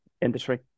industry